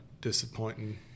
disappointing